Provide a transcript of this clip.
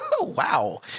Wow